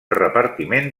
repartiment